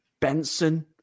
Benson